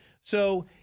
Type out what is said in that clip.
So-